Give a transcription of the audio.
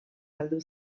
galdu